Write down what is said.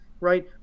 right